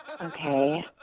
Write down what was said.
Okay